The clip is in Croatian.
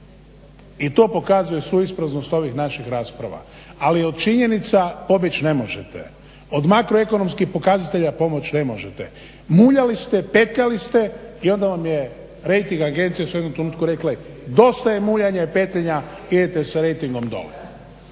i to pokazuje suispraznost ovih naših rasprava, ali od činjenica pobjeć ne možete. Od makroekonomskih pokazatelja pobjeć ne možete, muljali ste, petljali ste i onda vam je rejting agencija u jednom trenutku rekla dosta je muljanja i petljanja, idete sa rejtingom dolje.